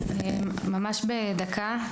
ממש בדקה,